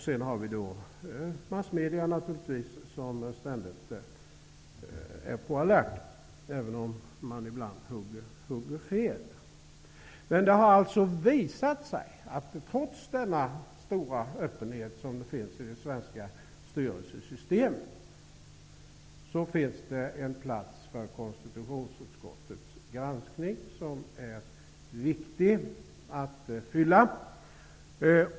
Sedan har vi massmedierna som ständigt är på alerten, även om de ibland hugger fel. Trots att det finns en stor öppenhet i det svenska styrelsesystemet har det visat sig att det finns en plats för konstitutionsutskottets granskning som är viktig att fylla.